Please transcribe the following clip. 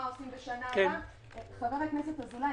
לחשוב מה עושים בשנה הבאה חבר הכנסת אזולאי,